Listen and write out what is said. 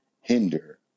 hinder